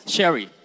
Sherry